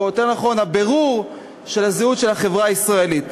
או יותר נכון הבירור של הזהות של החברה הישראלית.